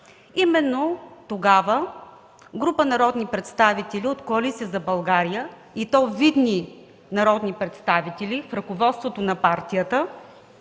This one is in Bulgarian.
Именно тогава група народни представители от Коалиция за България, и то видни народни представители – ръководството на партията